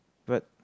but